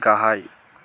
गाहाय